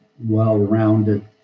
well-rounded